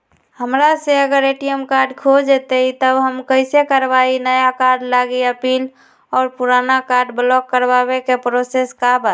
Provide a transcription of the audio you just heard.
हमरा से अगर ए.टी.एम कार्ड खो जतई तब हम कईसे करवाई नया कार्ड लागी अपील और पुराना कार्ड ब्लॉक करावे के प्रोसेस का बा?